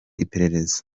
iperereza